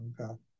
Okay